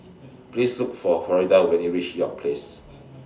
Please Look For Florida when YOU REACH York Place